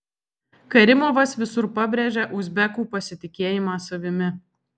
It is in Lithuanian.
karimovas visur pabrėžia uzbekų pasitikėjimą savimi